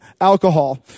alcohol